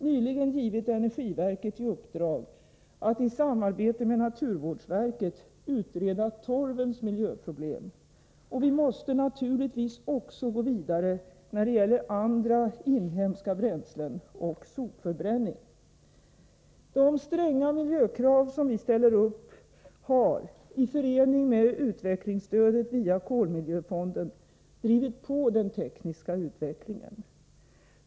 nyligen givit energiverket i uppdrag att i samarbete med naturvårdsverket utreda torvens miljöproblem. Och vi måste naturligtvis också gå vidare när det gäller andra inhemska bränslen och sopförbränning. De stränga miljökrav vi ställer upp har — i förening med utvecklingsstödet via kolmiljöfonden — drivit på den tekniska utvecklingen.